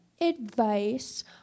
advice